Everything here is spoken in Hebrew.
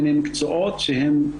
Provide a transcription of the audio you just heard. שאלה אחת היא לגבי הגיוון של המקצועות,